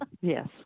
Yes